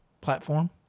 platform